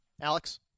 Alex